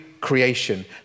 creation